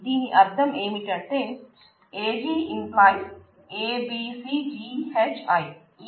దీని అర్థం ఏమిటంటే AG→ABCGHI